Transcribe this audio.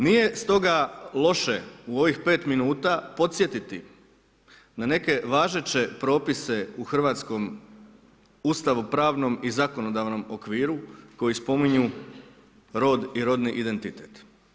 Nije stoga loše u ovih 5 minuta podsjetiti na neke važeće propise u hrvatskom ustavno-pravnom i zakonodavnom okviru koji spominju rod i rodni identitet.